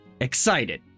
excited